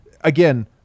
again